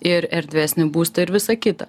ir erdvesnį būstą ir visą kitą